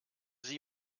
sie